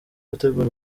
gutegura